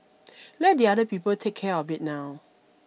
let the other people take care of it now